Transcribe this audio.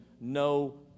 no